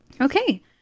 okay